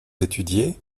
étudiez